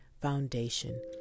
foundation